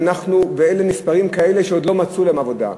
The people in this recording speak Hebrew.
ואלו נספרים ככאלה שעוד לא מצאו להם עבודה,